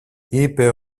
είπε